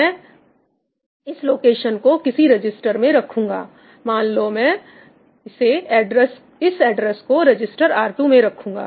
मैं इस लोकेशन को किसी रजिस्टर में रखूंगा मान लो मैं इस एड्रेस को रजिस्टर R2 में रखूंगा